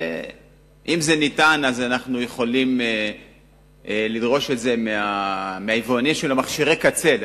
ואם זה ניתן אז אנחנו יכולים לדרוש את זה מהיבואנים של מכשירי הקצה.